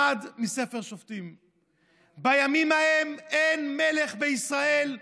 חד, מספר שופטים: "בימים ההם אין מלך בישראל,